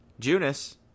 Junis